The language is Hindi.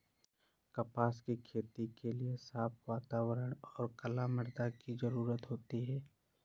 कपास की खेती के लिए साफ़ वातावरण और कला मृदा की जरुरत होती है